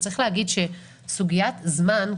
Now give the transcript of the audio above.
צריך להגיד שסוגיית זמן,